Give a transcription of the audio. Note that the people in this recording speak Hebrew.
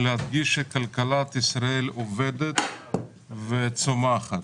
להדגיש שכלכלת ישראל עובדת וצומחת.